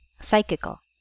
psychical